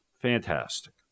Fantastic